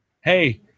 hey